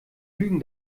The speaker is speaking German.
lügen